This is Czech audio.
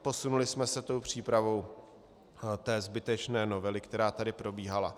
Posunuli jsme se přípravou zbytečné novely, která tady probíhala.